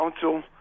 Council